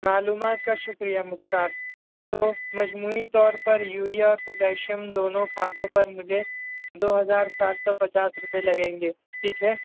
معلومات کا شکریہ مختار تو مجموعی طور پر یوریا اور پوٹشیم دونوں کھادوں پر مجھے دو ہزار سات سو پچاس روپے لگیں گے ٹھیک ہے